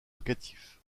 locatif